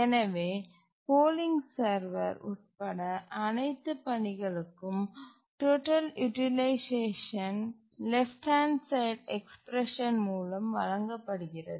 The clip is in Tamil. எனவே போலிங் சர்வர் உட்பட அனைத்து பணிகளுக்கும் total utilisation left hand side expression மூலம் வழங்கப்படுகிறது